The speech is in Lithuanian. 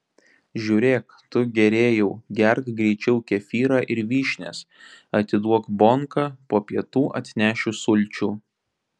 žiūrėk tu gėrėjau gerk greičiau kefyrą ir vyšnias atiduok bonką po pietų atnešiu sulčių